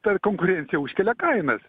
per konkurenciją užkelia kainas